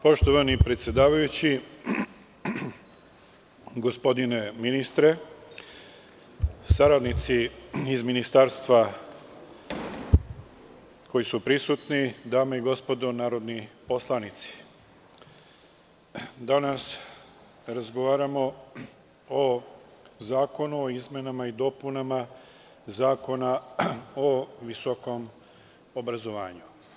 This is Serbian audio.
Poštovani predsedavajući, gospodine ministre, saradnici iz ministarstva koji su prisutni, dame i gospodo narodni poslanici, danas razgovaramo o zakonu o izmenama i dopunama Zakona o visokom obrazovanju.